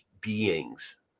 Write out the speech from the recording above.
beings